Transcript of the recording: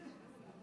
בבקשה.